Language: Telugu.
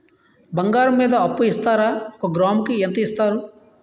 బంగారం మీద అప్పు ఇస్తారా? ఒక గ్రాము కి ఎంత ఇస్తారు?